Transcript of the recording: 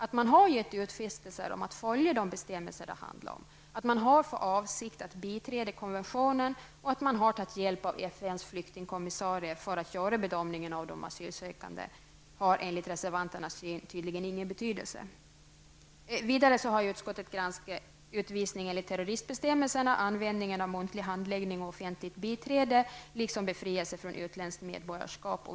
Att Polen har givit utfästelser om att följa de bestämmelser som det handlar om, har för avsikt att biträda konventionen och har tagit hjälp av FNs flyktingkommissarie för att göra bedömningen av de asylsökande har enligt reservanternas syn tydligen ingen betydelse. Vidare har utskottet granskat utvisning enligt terroristbestämmelserna, användning av muntlig handläggning och offentligt biträde liksom befrielse från utländskt medborgarskap.